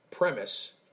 premise